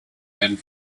and